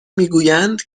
میگویند